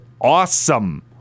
awesome